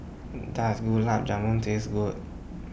Does Gulab Jamun Taste Good